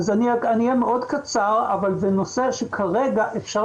אני אהיה מאוד קצר אבל זה נושא שכרגע אפשר